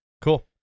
Cool